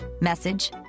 message